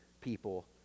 people